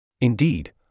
Indeed